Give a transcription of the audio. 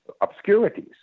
obscurities